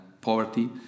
poverty